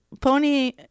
Pony